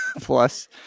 Plus